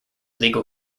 legal